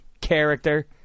character